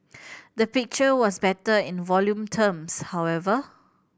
the picture was better in volume terms however